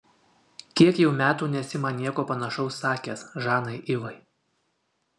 kiek jau metų nesi man nieko panašaus sakęs žanai ivai